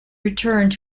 returned